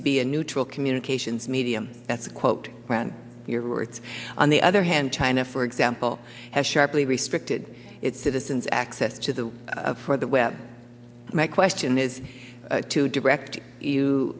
to be a neutral communications medium that's a quote around your words on the other hand china for example has sharply restricted its citizens access to the for the web my question is to direct you